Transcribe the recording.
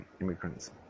immigrants